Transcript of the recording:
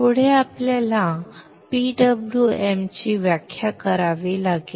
पुढे आपल्याला PWM ची व्याख्या करावी लागेल